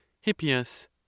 Hippias